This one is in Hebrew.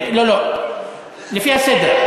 לא, לא, לפי הסדר.